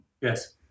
Yes